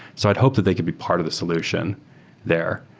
so i'd hope that they could be part of the solution there.